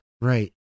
right